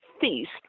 feast